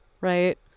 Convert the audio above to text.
Right